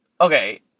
Okay